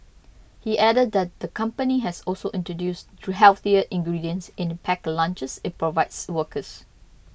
he added that the company has also introduced to healthier ingredients in the packed lunches it provides workers